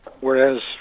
whereas